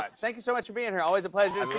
um thank you so much for being here. always a pleasure